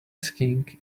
skiing